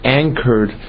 anchored